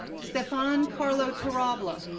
stefan carlo torralba,